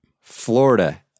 Florida